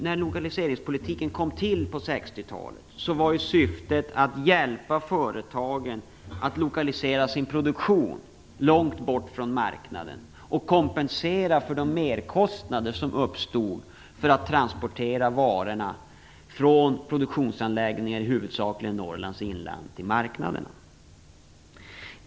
När lokaliseringspolitiken kom till på 1960-talet var syftet att hjälpa företagen att lokalisera sin produktion långt bort från marknaden och att kompensera för de merkostnader som uppstod för att transportera varorna från produktionsanläggningar i huvudsakligen Norrlands inland till marknaderna.